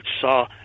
saw